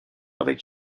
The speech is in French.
avec